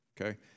Okay